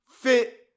fit